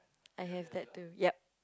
I have that too ya